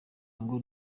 ngo